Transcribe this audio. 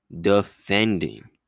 defending